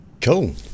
cool